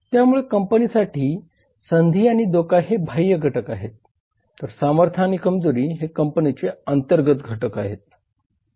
त्यामुळे कंपनीसाठी संधी आणि धोका हे बाह्य घटक आहेत तर सामर्थ्य आणि कमजोरी हे कंपनीचे अंतर्गत घटक असतात